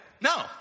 No